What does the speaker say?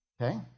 Okay